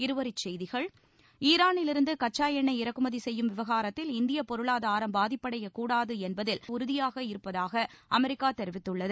இருவரிச்செய்திகள் ஈரானிலிருந்து கச்சா எண்ணெய் இறக்குமதி செய்யும் விவகாரத்தில் இந்தியப் பொருளாதாரம் பாதிப்படையக் கூடாது என்பதில் உறுதியாக இருப்பதாக அமெரிக்கா தெரிவித்துள்ளது